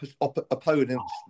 opponents